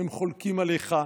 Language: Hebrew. הם חולקים עליך,